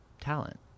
talent